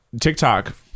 TikTok